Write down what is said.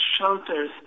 shelters